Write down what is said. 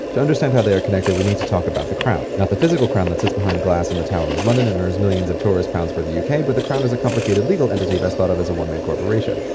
to understand how they are connected, we need to talk about the crown. not the physical crown that sits behind glass in the tower of london, and earns millions of tourist pounds for the uk but the crown as a complicated, legal entity, best thought of as a one-man corporation.